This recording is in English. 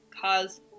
cause